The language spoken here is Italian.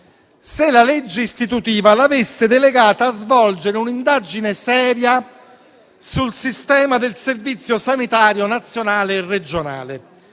se la legge istitutiva l'avesse delegata a svolgere un'indagine seria sul sistema del Servizio sanitario nazionale e regionale